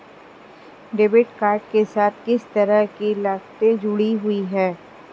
Debit card के साथ किस तरह की लागतें जुड़ी हुई हैं?